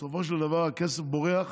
בסופו של דבר הכסף בורח